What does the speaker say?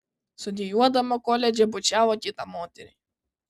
studijuodama koledže bučiavo kitą moterį